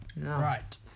Right